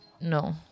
No